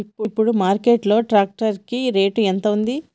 ఇప్పుడు మార్కెట్ లో ట్రాక్టర్ కి రేటు ఎంత ఉంది?